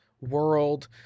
world